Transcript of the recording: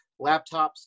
laptops